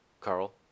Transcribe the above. Carl